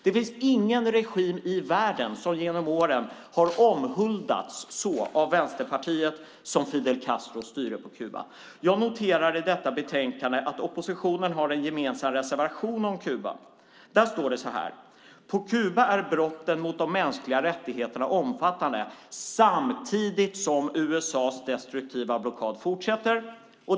Det finns ingen regim i världen som genom åren har omhuldats så av Vänsterpartiet som Fidel Castros styre på Kuba. Jag noterar att oppositionen har en gemensam reservation om Kuba i betänkandet. Där står: "På Kuba är brotten mot de mänskliga rättigheterna omfattande, samtidigt som USA:s destruktiva blockad fortsätter."